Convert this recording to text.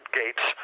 gates